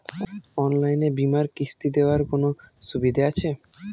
অনলাইনে বীমার কিস্তি দেওয়ার কোন সুবিধে আছে?